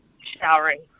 showering